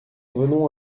venons